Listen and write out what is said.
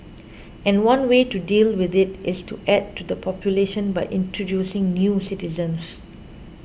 and one way to deal with it is to add to the population by introducing new citizens